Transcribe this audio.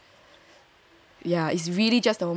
ya it's really just the hormones